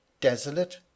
desolate